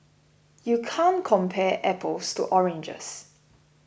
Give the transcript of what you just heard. you can't compare apples to oranges